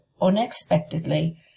unexpectedly